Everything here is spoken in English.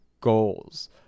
goals